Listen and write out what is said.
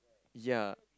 ya